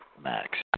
Max